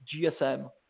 GSM